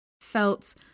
felt